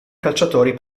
calciatori